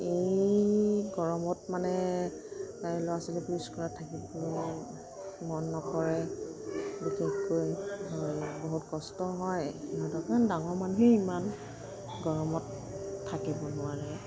এই গৰমত মানে ল'ৰা ছোৱালীবোৰ স্কুলত থাকিবলৈ মন নকৰে বিশেষকৈ বহুত কষ্ট হয় সিহঁতৰ কাৰণ ডাঙৰ মানুহেই ইমান গৰমত থাকিব নোৱাৰে